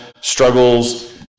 struggles